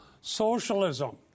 socialism